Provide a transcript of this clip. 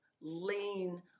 lean